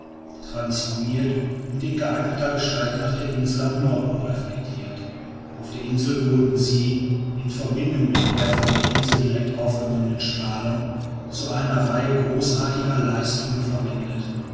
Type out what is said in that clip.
gesammelt transformiert und in geeigneter gestalt nach der insel am nordpol reflektiert auf der insel wurden sie in verbindung mit der von der insel direkt aufgenommenen strahlung zu einer reihe großartiger leistungen verwendet